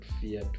fear